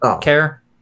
care